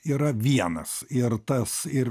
yra vienas ir tas ir